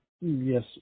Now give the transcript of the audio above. yes